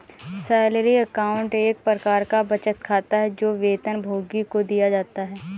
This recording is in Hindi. सैलरी अकाउंट एक प्रकार का बचत खाता है, जो वेतनभोगी को दिया जाता है